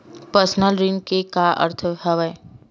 Personal ऋण के का अर्थ हवय?